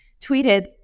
tweeted